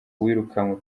wirukanwe